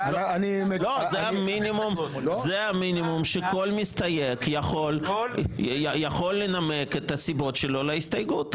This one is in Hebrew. זה המינימום שכל מסתייג יכול לנמק את הסיבות שלו להסתייגות.